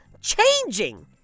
changing